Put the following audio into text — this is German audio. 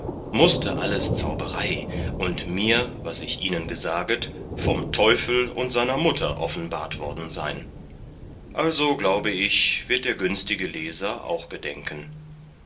mußte alles zauberei und mir was ich ihnen gesaget vom teufel und seiner mutter offenbaret worden sein also glaube ich wird der günstige leser auch gedenken